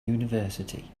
university